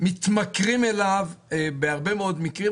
מתמכרים אליו בהרבה מאוד מקרים.